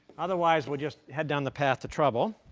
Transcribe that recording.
otherwise, we just head down the path to trouble.